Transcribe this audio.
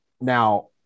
now